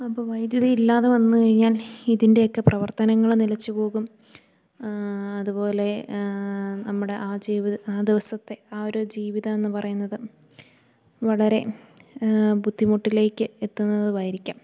അപ്പം വൈദ്യുതി ഇല്ലാതെ വന്ന് കഴിഞ്ഞാൽ ഇതിൻറ്റേക്കെ പ്രവർത്തനങ്ങള് നിലച്ച് പോകും അതുപോലെ നമ്മുടെ ആ ജീവിതം ആ ദിവസത്തേ ആ ഒര് ജീവിതം എന്ന് പറയുന്നത് വളരെ ബുദ്ധിമുട്ടിലേക്ക് എത്തുന്നതും ആയിരിക്കും